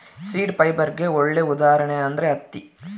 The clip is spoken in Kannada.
ಸೀಡ್ ಫೈಬರ್ಗೆ ಒಳ್ಳೆ ಉದಾಹರಣೆ ಅಂದ್ರೆ ಹತ್ತಿ